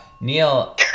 Neil